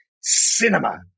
cinema